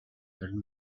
харин